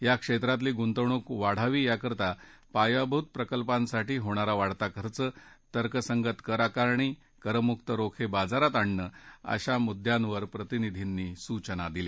या क्षप्रिली गुंतवणूक वाढावी याकरिता पायाभूत प्रकल्पांसाठी होणारा वाढता खर्च तर्कसंगत करआकारणी करमुक्त रोखखिजारात आणणं अशा मुद्यांवर प्रतिनिधींनी सूचना दिल्या